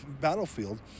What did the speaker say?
battlefield